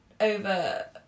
over